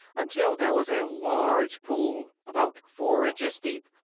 until there was a large pool, about four inches deep,